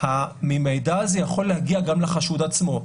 המידע הזה יכול להגיע גם לחשוד עצמו,